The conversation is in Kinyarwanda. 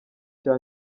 cya